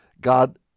God